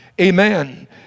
Amen